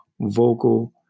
vocal